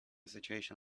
situation